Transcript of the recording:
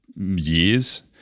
years